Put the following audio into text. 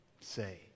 say